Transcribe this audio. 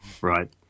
Right